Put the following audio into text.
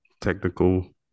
technical